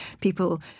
people